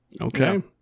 Okay